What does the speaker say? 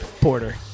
Porter